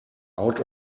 out